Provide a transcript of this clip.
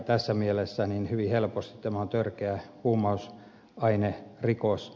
tässä mielessä hyvin helposti tämä on törkeä huumausainerikos